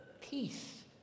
peace